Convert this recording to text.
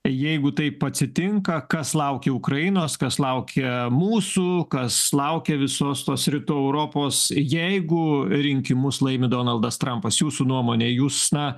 jeigu taip atsitinka kas laukia ukrainos kas laukia mūsų kas laukia visos tos rytų europos jeigu rinkimus laimi donaldas trampas jūsų nuomone jūs na